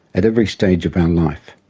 at every stage of our life.